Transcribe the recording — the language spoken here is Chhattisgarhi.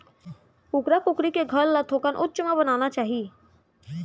कुकरा कुकरी के घर ल थोकन उच्च म बनाना चाही